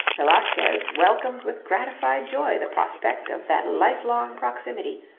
velasquez welcomed with gratified joy the prospect of that life-long proximity,